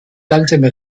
langsame